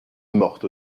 morte